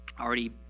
already